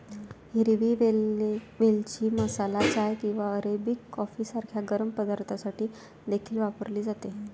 हिरवी वेलची मसाला चाय किंवा अरेबिक कॉफी सारख्या गरम पदार्थांसाठी देखील वापरली जाते